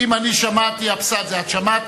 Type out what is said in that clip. אם אני שמעתי, אבסדזה, את שמעת.